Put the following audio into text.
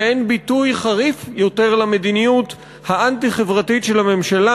ואין ביטוי חריף יותר למדיניות האנטי-חברתית של הממשלה